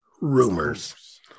rumors